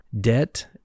debt